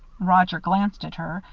roger glanced at her,